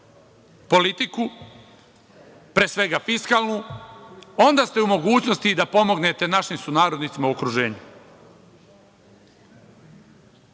politiku, pre svega fiskalnu, onda ste u mogućnosti da pomognete našim sunarodnicima u okruženju.